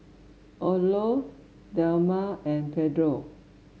Odlo Dilmah and Pedro